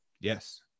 Yes